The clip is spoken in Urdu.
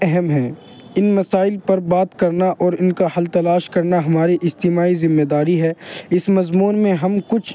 اہم ہیں ان مسائل پر بات کرنا اور ان کا حل تلاش کرنا ہماری اجتماعی ذمہ داری ہے اس مضمون میں ہم کچھ